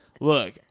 Look